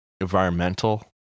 environmental